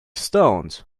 stoned